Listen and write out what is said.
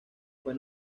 fue